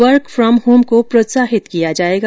work from home को प्रोत्साहित किया जाएगा